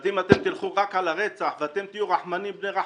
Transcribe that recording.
אם תלכו רק על הרצח ותהיו רחמנים בני רחמנים,